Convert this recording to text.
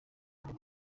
vuba